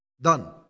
Done